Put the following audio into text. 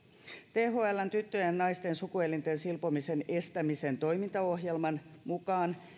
thln tyttöjen ja naisten sukuelinten silpomisen estämisen toimintaohjelman mukaan